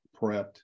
prepped